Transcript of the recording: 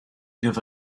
give